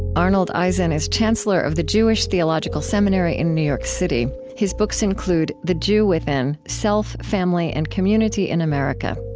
arnold eisen is chancellor of the jewish theological seminary in new york city. his books include the jew within self, family, and community in america.